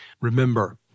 Remember